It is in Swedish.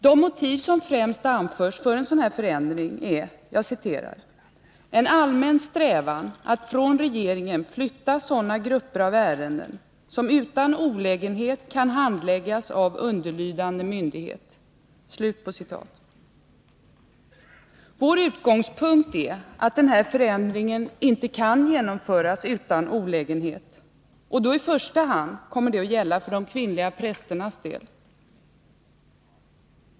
De motiv som främst anförs för en sådan förändring är ”en allmän strävan att från regeringen flytta sådana grupper av ärenden som utan olägenhet kan handläggas av underlydande myndighet”. Vår utgångspunkt är att den här förändringen inte kan genomföras utan olägenhet, och detta kommer i första hand att gälla för de kvinnliga prästernas del.